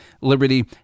liberty